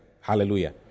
Hallelujah